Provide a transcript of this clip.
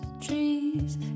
trees